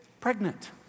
pregnant